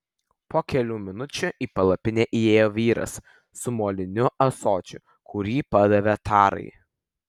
po kelių minučių į palapinę įėjo vyras su moliniu ąsočiu kurį padavė tarai